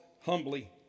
humbly